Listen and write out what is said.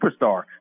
superstar